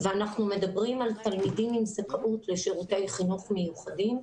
ואנחנו מדברים על תלמידים עם זכאות לשירותי חינוך מיוחדים,